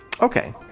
Okay